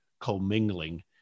commingling